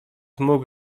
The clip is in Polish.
mógł